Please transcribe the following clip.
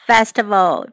Festival